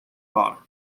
bonner